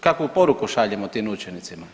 Kakvu poruku šaljemo tim učenicima?